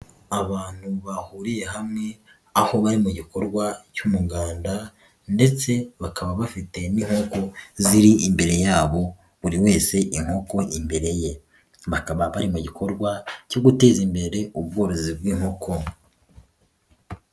Abantu bahuriye hamwe aho bari mu gikorwa cy'umuganda ndetse bakaba bafite n'inkoko ziri imbere yabo buri wese inkoko imbere ye, bakaba bari mu gikorwa cyo guteza imbere ubworozi bw'inkoko.